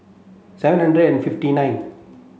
seven hundred and fifty nine